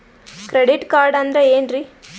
Credit card ಅಂದ್ರ ಏನ್ರೀ?